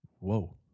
Whoa